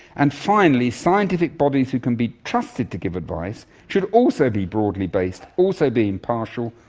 and finally, scientific bodies who can be trusted to give advice should also be broadly based, also be impartial,